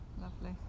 Lovely